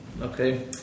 Okay